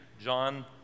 John